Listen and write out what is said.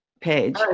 page